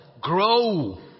grow